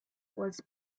was